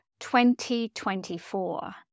2024